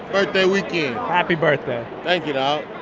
birthday weekend happy birthday thank you, know